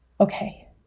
okay